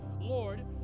Lord